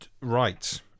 right